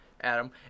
Adam